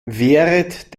wehret